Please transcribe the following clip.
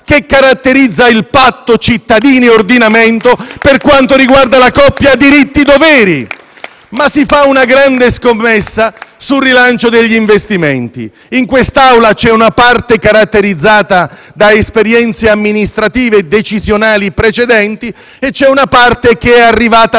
che caratterizza il patto tra cittadini e ordinamento per quanto riguarda la coppia diritti-doveri. *(Applausi dal Gruppo PD)*. Si fa una grande scommessa sul rilancio degli investimenti. In quest'Aula c'è una parte caratterizzata da esperienze amministrative e decisionali precedenti e c'è una parte che è arrivata dalla